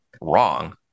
wrong